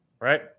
Right